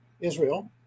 Israel